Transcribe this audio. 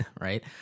right